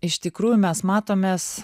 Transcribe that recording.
iš tikrųjų mes matomės